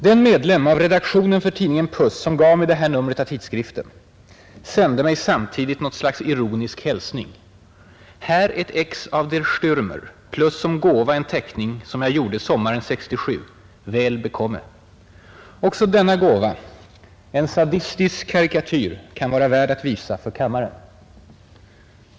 Den medlem av redaktionen för tidningen Puss, som gav mig detta nummer av tidskriften, sände mig samtidigt något slags ironisk hälsning: ”Här ett ex. av Der Stiärmer plus som gåva en teckning som jag gjorde sommaren 67, väl bekomme! ” Också denna ”gåva”, en sadistisk karikatyr, kan vara värd att visa för kammaren.